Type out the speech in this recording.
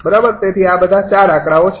તેથી આ બધા ૪ આંકડાઓ છે